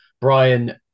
Brian